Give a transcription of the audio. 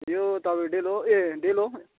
यो तपाईँ डेलो ए डेलो